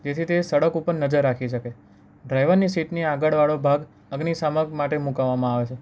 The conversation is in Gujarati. જેથી તે સડક ઉપર નજર રાખી શકે ડ્રાઈવરની સીટની આગળવાળો ભાગ અગ્નિશામક માટે મુકાવવામાં આવે છે